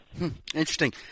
interesting